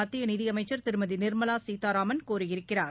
மத்திய நிதியமைச்சர் திருமதி நிர்மலா சீதாராமன் கூறியிருக்கிறார்